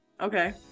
Okay